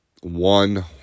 one